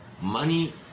Money